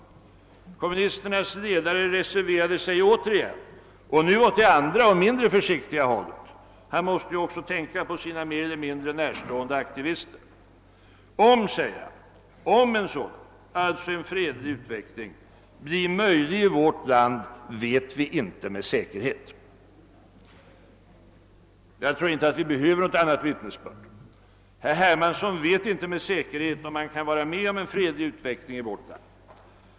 Kommunisternas ledare reserverar sig återigen, och nu åt det andra och mindre försiktiga hållet; han måste ju också tänka på sina mer eller mindre närstående aktivister. »Om», säger han, »en sådan» — alltså en fredlig utveckling — »blir möjlig i vårt land vet vi inte med säkerhet». Jag tror inte att vi behöver något annat vittnesbörd. Herr Hermansson vet inte med säkerhet, om han kan vara med om en fredlig utveckling i vårt land!